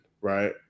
right